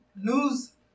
news